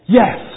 yes